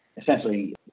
essentially